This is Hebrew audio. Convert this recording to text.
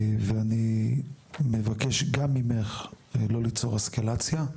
ואני מבקש גם ממך לא ליצור אסקלציה.